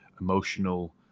emotional